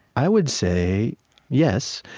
i would say yes.